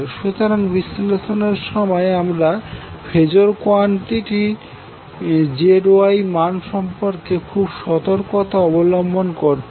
সুতরাং বিশ্লেষণের সময় আমাদের ফেজর কোয়ান্টিটি ZYমান সম্পর্কে খুব সর্তকতা অবলম্বন করতে হবে